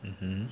mmhmm